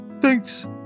Thanks